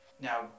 Now